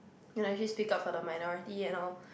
you know actually speak up for the minority and all